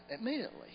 Immediately